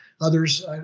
others